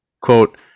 Quote